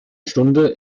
stunde